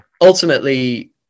ultimately